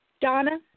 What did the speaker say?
Donna